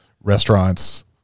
restaurants